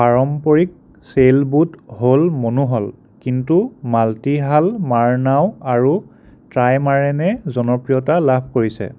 পাৰম্পৰিক ছেইলবোট হ'ল মনোহল কিন্তু মাল্টি হাল মাৰ নাও আৰু ট্ৰাইমাৰেনে জনপ্ৰিয়তা লাভ কৰিছে